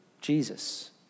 Jesus